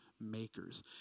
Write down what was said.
makers